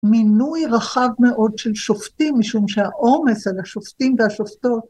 מינוי רחב מאוד של שופטים משום שהעומס על השופטים והשופטות